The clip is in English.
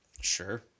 Sure